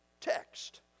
text